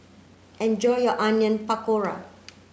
enjoy your Onion Pakora